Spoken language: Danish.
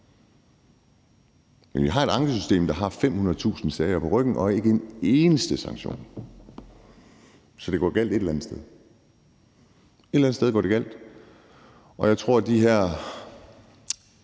Men vi har et ankesystem, der har 500.000 sager på ryggen, og ikke en eneste sanktion. Så det går galt et eller andet sted. Et eller andet sted går det galt. Jeg tror, at de her